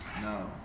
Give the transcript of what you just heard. No